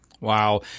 Wow